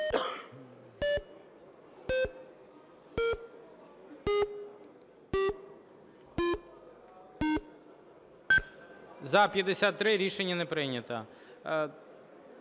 За-52 Рішення не прийнято.